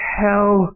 hell